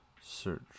search